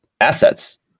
assets